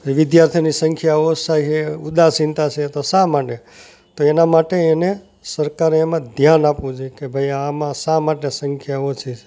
વિદ્યાર્થીઓની સંખ્યા ઉદાસીનતા છે તો શા માટે તો એના માટે એને સરકારે એમાં ધ્યાન આપવું જોઈએ કે ભાઈ આમાં શા માટે સંખ્યા ઓછી છે